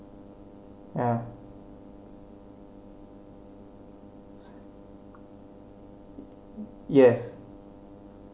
ya yes